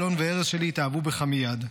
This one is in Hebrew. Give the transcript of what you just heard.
אלון וארז שלי התאהבו בך מייד,